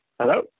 Hello